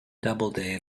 doubleday